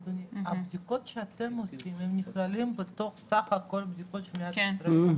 הבדיקות שאתם עושים נכללים בתוך סך כול הבדיקות של מדינת ישראל?